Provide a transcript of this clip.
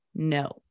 no